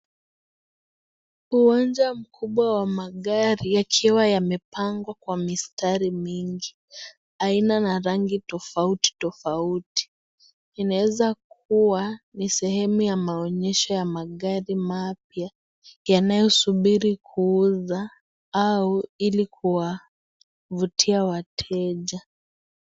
Uwanja mkubwa wa magari yakiwa yamepangwa kwa mistari mingi aina na rangi tofauti, tofauti. Inaweza kuwa ni sehemu ya maonyesho ya magari mapya yanayosubiri kuuza au ili kuwavutia wateja.